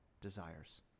desires